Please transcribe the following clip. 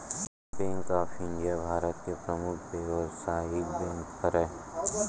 bank of India Bharat के परमुख बेवसायिक बेंक हरय